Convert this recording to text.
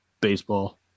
baseball